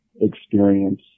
experience